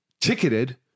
ticketed